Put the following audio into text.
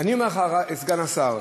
אני אומר לך, סגן השר,